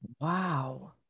Wow